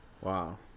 wow